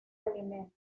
alimento